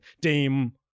Dame